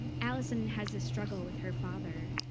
alison has a struggle with her father,